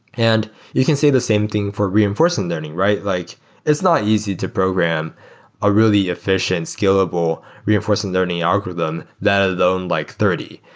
and you can say the same thing for reinforcement learning, right? like it's not easy to program a really efficient, scalable reinforcement learning algorithm, let alone like thirty.